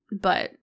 but-